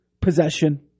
possession